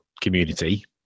community